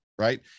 Right